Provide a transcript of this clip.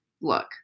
Look